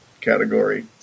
category